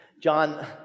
John